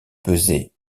pesait